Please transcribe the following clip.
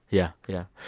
yeah, yeah.